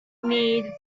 need